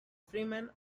freemen